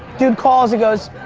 dude calls, he goes,